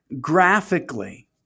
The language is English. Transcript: graphically